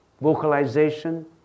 vocalization